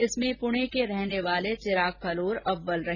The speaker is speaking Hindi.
इसमें पुणे के रहने वाले चिराग फलोर अव्वल रहे